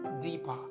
deeper